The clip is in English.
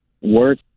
work